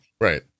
right